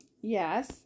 Yes